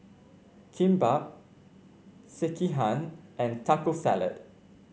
Kimbap Sekihan and Taco Salad